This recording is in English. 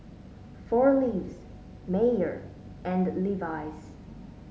Four Leaves Mayer and Levi's